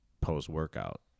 post-workout